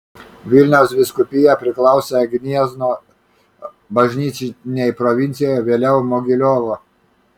vilniaus vyskupija priklausė gniezno bažnytinei provincijai vėliau mogiliavo